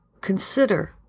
consider